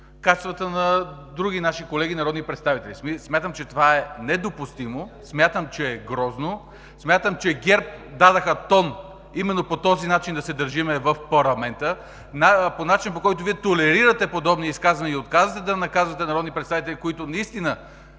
качествата на други наши колеги народни представители. Смятам, че това е недопустимо, смятам, че е грозно, смятам, че ГЕРБ дадоха тон именно по този начин да се държим в парламента – по начин, по който толерирате подобни изказвания и отказвате да наказвате народни представители, които наистина